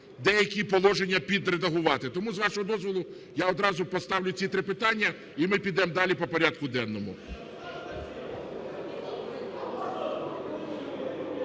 деякі положення підредагувати. Тому з вашого дозволу я одразу поставлю ці три питання - і ми підемо далі по порядку денному.